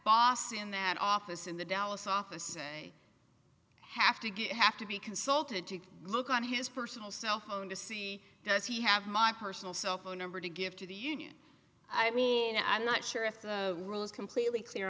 in that office in the dallas office have to have to be consulted to look on his personal cell phone to see does he have my personal cell phone number to give to the union i mean i'm not sure if the rules completely clear